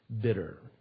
bitter